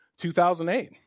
2008